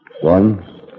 One